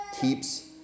Keeps